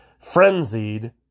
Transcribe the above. Frenzied